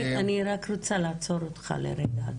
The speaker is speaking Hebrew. אני רוצה לעצור אותך לרגע,